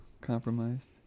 compromised